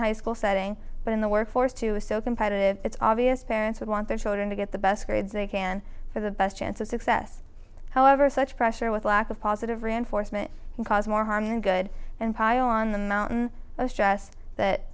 high school setting but in the workforce too is so competitive it's obvious parents would want their children to get the best grades they can for the best chance of success however such pressure with lack of positive reinforcement can cause more harm than good and pile on the mountain of stress that